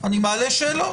אני מעלה שאלות,